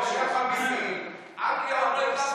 אל תערבב,